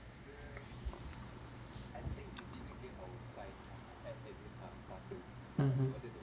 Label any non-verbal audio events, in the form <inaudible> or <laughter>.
<breath> mmhmm